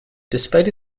despite